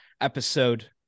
episode